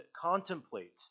contemplate